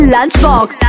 Lunchbox